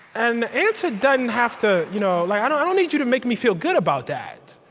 and the answer doesn't have to you know like i don't don't need you to make me feel good about that,